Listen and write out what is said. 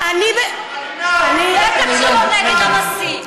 בטח שלא נגד הנשיא.